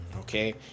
okay